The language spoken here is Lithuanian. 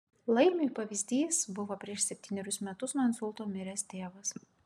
laimiui pavyzdys buvo prieš septynerius metus nuo insulto miręs tėvas